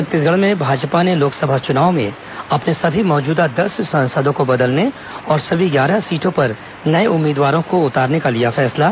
छत्तीसगढ़ में भाजपा ने लोकसभा चुनाव में अपने सभी मौजूदा दस सांसदों को बदलने और सभी ग्यारह सीटों पर नये उम्मीदवारों को उतारने का लिया फैसला